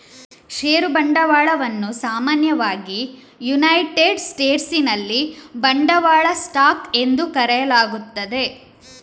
ಷೇರು ಬಂಡವಾಳವನ್ನು ಸಾಮಾನ್ಯವಾಗಿ ಯುನೈಟೆಡ್ ಸ್ಟೇಟ್ಸಿನಲ್ಲಿ ಬಂಡವಾಳ ಸ್ಟಾಕ್ ಎಂದು ಕರೆಯಲಾಗುತ್ತದೆ